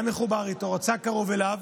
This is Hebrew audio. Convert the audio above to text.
היה מחובר איתו, רצה אותו קרוב אליו.